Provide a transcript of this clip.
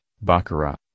Baccarat